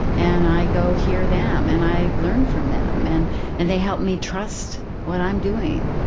and i go hear them. and i learn from them. and and they help me trust what i'm doing.